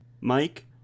mike